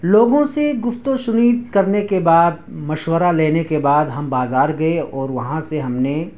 لوگوں سے گفت و شنید کرنے کے بعد مشورہ لینے کے بعد ہم بازار گئے اور وہاں سے ہم نے